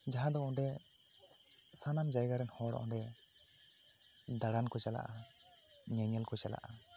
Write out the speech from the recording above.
ᱡᱟᱦᱟᱸ ᱫᱚ ᱚᱸᱰᱮ ᱥᱟᱱᱟᱢ ᱡᱟᱭᱜᱟ ᱨᱮᱱ ᱦᱚᱲ ᱚᱸᱰᱮ ᱫᱟᱬᱟᱱ ᱠᱚ ᱪᱟᱞᱟᱜᱼᱟ ᱧᱮᱧᱮᱞ ᱠᱚ ᱪᱟᱞᱟᱜᱼᱟ